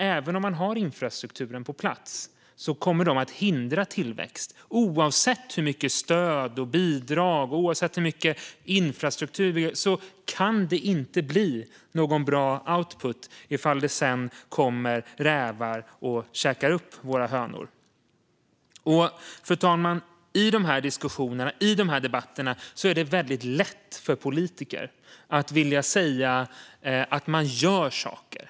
Även om man har infrastrukturen på plats kommer de att hindra tillväxt. Oavsett hur mycket stöd och bidrag man ger och hur mycket man än bygger ut infrastrukturen blir det ingen bra output om det kommer rävar och äter upp våra hönor. Fru talman! I de här debatterna är det lätt för politiker att säga att man gör saker.